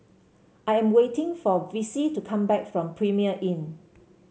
I am waiting for Vicy to come back from Premier Inn